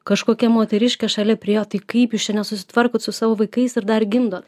kažkokia moteriškė šalia priėjo tai kaip jūs čia nesusitvarkot su savo vaikais ir dar gimdot